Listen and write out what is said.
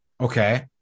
okay